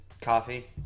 Coffee